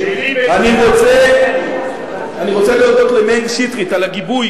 אני רוצה להודות למאיר שטרית על הגיבוי,